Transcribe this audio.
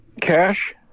Cash